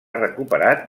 recuperat